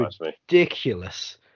ridiculous